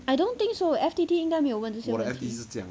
I don't think so F_T_T 应该没有问这些